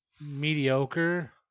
mediocre